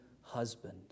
husband